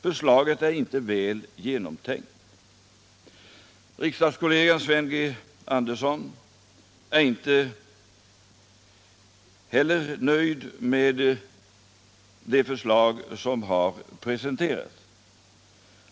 Förslaget är inte väl genomtänkt.” Riksdagskollegan Sven G. Andersson är inte heller nöjd med det förslag som har presenterats.